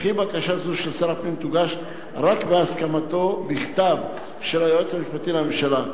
וכי בקשה זו של שר הפנים תוגש רק בהסכמתו בכתב של היועץ המשפטי לממשלה.